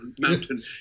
mountain